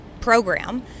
program